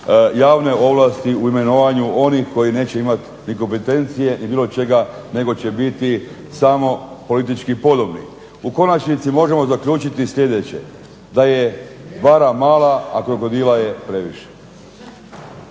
javne ovlasti u imenovanju onih koji neće imati ni kompetencije ni bilo čega, nego će biti samo politički podobni. U konačnici možemo zaključiti i sljedeće, da je bara mala, a krokodila jest previše.